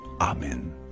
amen